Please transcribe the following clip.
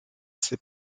ses